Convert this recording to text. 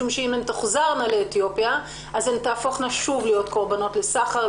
משום שאם הן תוחזרנה לאתיופיה אז הן תהפוכנה שוב להיות קורבנות לסחר,